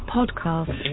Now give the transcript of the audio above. Podcast